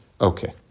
okay